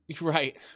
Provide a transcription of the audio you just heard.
Right